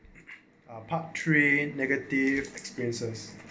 part three negative experiences